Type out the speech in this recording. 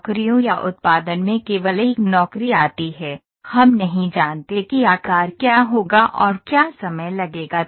नौकरियों या उत्पादन में केवल एक नौकरी आती है हम नहीं जानते कि आकार क्या होगा और क्या समय लगेगा